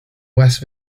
west